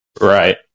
Right